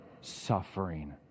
suffering